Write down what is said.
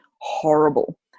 horrible